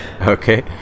okay